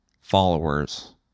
Followers